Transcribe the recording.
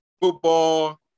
Football